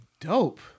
dope